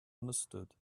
understood